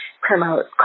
promote